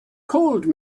called